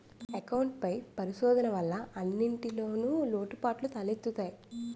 account పై పరిశోధన వల్ల అన్నింటిన్లో లోటుపాటులు తెలుత్తయి